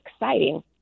exciting